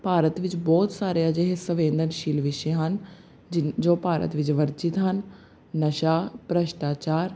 ਭਾਰਤ ਵਿੱਚ ਬਹੁਤ ਸਾਰੇ ਅਜਿਹੇ ਸੰਵੇਦਨਸ਼ੀਲ ਵਿਸ਼ੇ ਹਨ ਜਿਨ ਜੋ ਭਾਰਤ ਵਿੱਚ ਵਰਜਿਤ ਹਨ ਨਸ਼ਾ ਭ੍ਰਿਸ਼ਟਾਚਾਰ